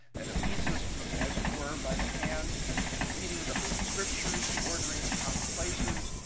that it leads us but as it were by the hand to the reading of the holy scriptures, the ordering of common places,